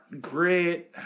great